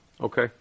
Okay